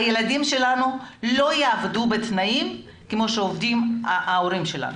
הילדים שלנו לא יעבדו בתנאים כמו שעובדים ההורים שלו.